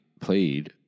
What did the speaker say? played